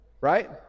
right